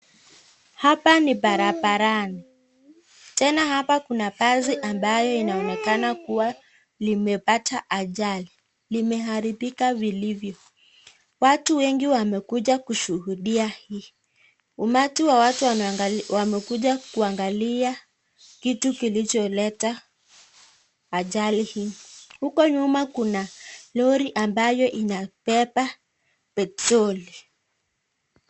Hapa ni barabarani. Tena hapa kuna basi ambayo inaonekana kuwa limepata ajali, limearibika vilivyo. Watu wengi wamekuja kushuhudia hii. Umati wa watu wamekuja kuangalia kitu kilicholeta ajali hii. Huko nyuma kuna lori ambayo imebeba petroli.